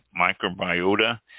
microbiota